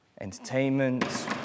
entertainment